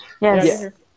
Yes